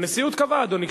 הנשיאות קבעה, אדוני.